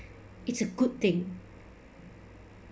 it's a good thing